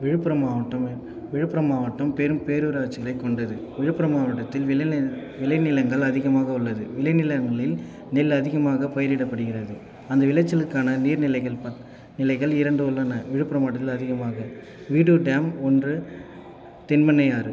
விழுப்புரம் மாவட்டம் விழுப்புரம் மாவட்டம் பெரும் பேரூராட்சிகளை கொண்டது விழுப்புரம் மாவட்டத்தில் விளைநிலங்கள் அதிகமாக உள்ளது விளைநிலங்களில் நெல் அதிகமாக பயிரிடப்படுகிறது அந்த விளைச்சலுக்கான நீர் நிலைகள் நிலைகள் இரண்டு உள்ளன விழுப்புரம் மாவட்டத்தில் அதிகமாக வீடூர் டேம் ஒன்று தென்பெண்ணை ஆறு